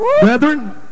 Brethren